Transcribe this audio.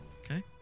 Okay